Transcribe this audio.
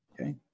okay